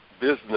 business